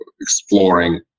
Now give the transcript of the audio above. exploring